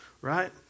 Right